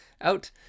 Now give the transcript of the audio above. out